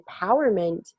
empowerment